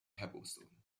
cobblestone